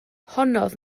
honnodd